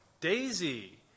Daisy